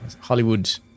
Hollywood